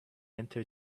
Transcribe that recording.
enter